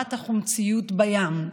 ברמת החומציות בים.